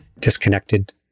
disconnected